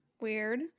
Weird